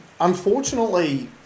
Unfortunately